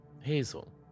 Hazel